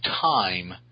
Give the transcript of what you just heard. time